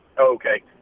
Okay